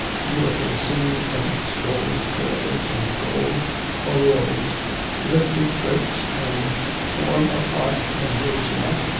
beautiful singing saints, gold curls and gold aureoles, lifted throats, and form of harp and dulcimer,